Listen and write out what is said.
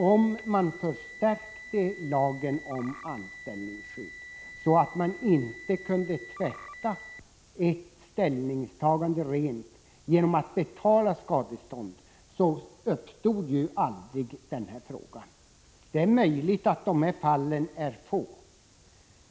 Om man förstärkte lagen om anställningsskydd, så att man inte kunde så att säga tvätta ett ställningstagande rent genom att betala skadestånd, uppstod ju aldrig denna fråga. Det är möjligt att de här fallen är få.